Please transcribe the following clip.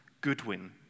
Goodwin